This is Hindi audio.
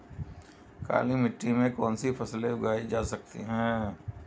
काली मिट्टी में कौनसी फसलें उगाई जा सकती हैं?